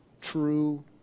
true